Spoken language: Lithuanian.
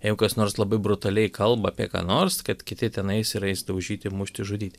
jeigu kas nors labai brutaliai kalba apie ką nors kad kiti ten eis ir eis daužyti mušti žudyti